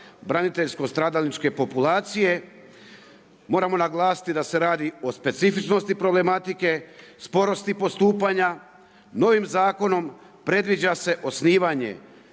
braniteljsko stradalničke populacije, moramo naglasiti da se radi o specifičnosti problematike, sporosti postupanja, novim zakonom, predviđa se osnivanje,